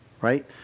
right